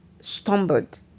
stumbled